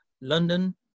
London